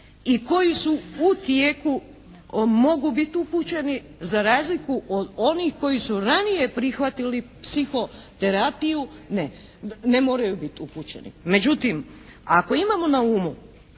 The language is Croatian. i koji su u tijeku mogu biti upućeni za razliku od onih koji su ranije prihvatili psihoterapiju, ne moraju biti upućeni. Međutim, ako imamo na umu